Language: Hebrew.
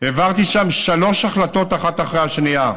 העברתי שם שלוש החלטות אחת אחרי השנייה.